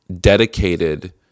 dedicated